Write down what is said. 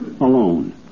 Alone